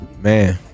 Man